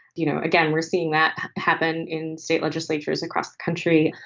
you know, again, we're seeing that happen in state legislatures across the country.